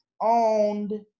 owned